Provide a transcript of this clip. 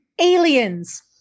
aliens